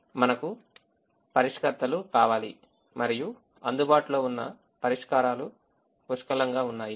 మనకు పరిష్కర్తలు కావాలి మరియు అందుబాటులో ఉన్న పరిష్కారాలు పుష్కలంగా ఉన్నాయి